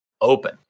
open